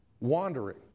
wandering